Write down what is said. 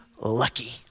lucky